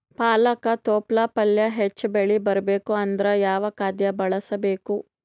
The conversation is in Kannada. ಪಾಲಕ ತೊಪಲ ಪಲ್ಯ ಹೆಚ್ಚ ಬೆಳಿ ಬರಬೇಕು ಅಂದರ ಯಾವ ಖಾದ್ಯ ಬಳಸಬೇಕು?